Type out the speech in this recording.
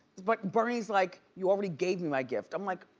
but bernie's like, you already gave me my gift, i'm like,